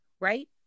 right